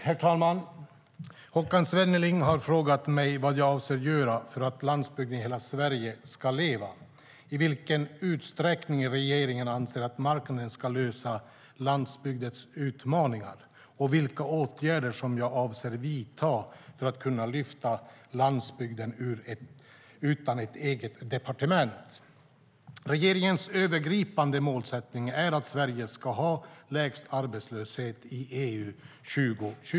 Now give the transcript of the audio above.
Herr talman! Håkan Svenneling har frågat mig vad jag avser att göra för att landsbygden i hela Sverige ska leva, i vilken utsträckning regeringen anser att marknaden ska lösa landsbygdens utmaningar och vilka åtgärder som jag avser att vidta för att kunna lyfta fram landsbygden utan ett eget departement. Regeringens övergripande målsättning är att Sverige ska ha lägst arbetslöshet i EU år 2020.